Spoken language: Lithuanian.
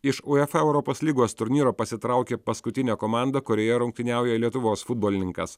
iš uefa europos lygos turnyro pasitraukė paskutinė komanda kurioje rungtyniauja lietuvos futbolininkas